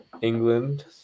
England